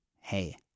hey